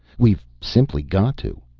we've simply got to.